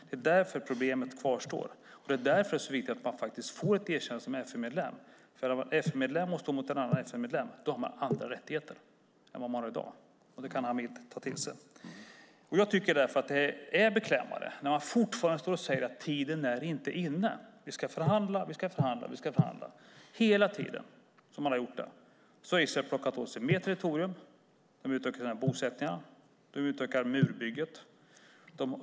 Det är därför problemet kvarstår, och det är därför det är så viktigt att man får ett erkännande som FN-medlem. Om man är FN-medlem och står mot en annan FN-medlem har man andra rättigheter än vad Palestina har i dag. Det kan Hanif ta till sig. Jag tycker därför att det är beklämmande när man fortfarande står och säger att tiden inte är inne. Vi ska hela tiden förhandla och förhandla, som man har gjort, medan Israel har plockat åt sig mer och mer territorium. De har utökat sina bosättningar och utökat murbygget.